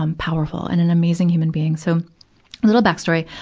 um powerful, and an amazing human being. so, a little back story.